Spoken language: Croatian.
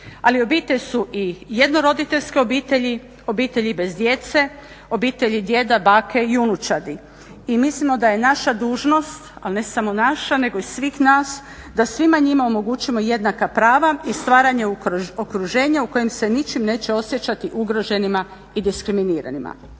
Ali obitelj su i jedno roditeljske obitelji, obitelji bez djece, obitelji djeda, bake i unučadi. I mislimo da je naša dužnost, ali ne samo naša nego i svih nas da svim njima omogućimo jednaka prava i stvaranje okruženja u kojim se ničim neće osjećati ugroženima i diskriminiranima.